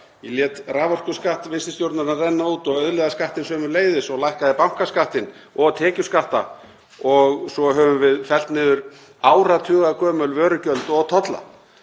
Ég lét raforkuskatt vinstri stjórnarinnar renna út og auðlegðarskattinn sömuleiðis og lækkaði bankaskattinn og tekjuskatta og svo höfum við fellt niður áratugagömul vörugjöld og tolla.